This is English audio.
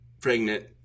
pregnant